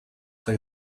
they